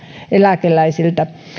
eläkeläisiltä